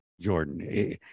Jordan